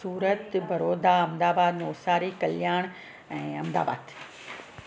सूरत वडोदड़ा अहमदाबाद नौसारी कल्याण ऐं अहमदाबाद